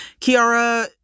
Kiara